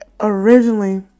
Originally